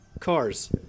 Cars